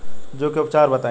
जूं के उपचार बताई?